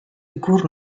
ikur